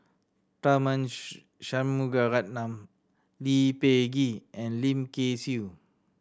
Tharman Shanmugaratnam Lee Peh Gee and Lim Kay Siu